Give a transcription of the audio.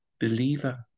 believer